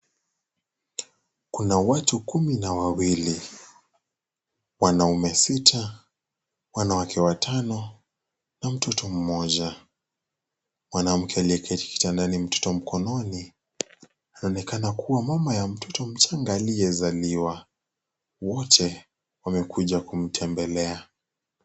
Kuna watu kumi na wawili, wanaume sita, wanawake watano na mtoto mmoja. Mwanamke aliyeketi kitandani mtoto mkononi , anaonekana kuwa mama ya mtoto mchanga aliyezaliwa. Wote wamekuja kumtembelea.